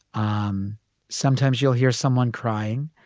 um sometimes you'll hear someone crying.